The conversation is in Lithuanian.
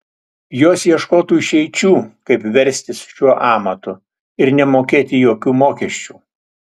jos ieškotų išeičių kaip verstis šiuo amatu ir nemokėti jokių mokesčių